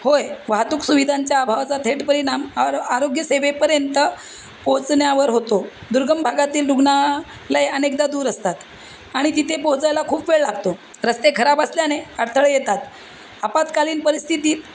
होय वाहतूक सुविधांच्या अभावाचा थेट परिणाम आर आरोग्य सेवेपर्यंत पोहोचण्यावर होतो दुर्गम भागातील रुग्णालय अनेकदा दूर असतात आणि तिथे पोहोचायला खूप वेळ लागतो रस्ते खराब असल्याने अडथळे येतात आपत्कालीन परिस्थितीत